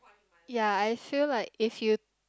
ya I feel like if you